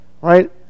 right